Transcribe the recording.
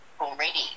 already